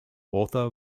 author